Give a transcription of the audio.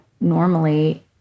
normally